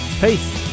Peace